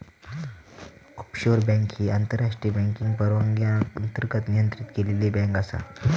offshore bank ही आंतरराष्ट्रीय banking परवान्याअंतर्गत नियंत्रित केलेली बँक आसा